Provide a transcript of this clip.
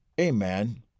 Amen